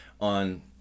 on